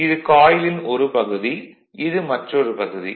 இது காயிலின் ஒரு பகுதி இது மற்றொரு பகுதி